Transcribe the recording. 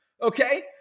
Okay